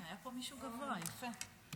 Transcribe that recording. חברת הכנסת שלי טל מירון, בבקשה.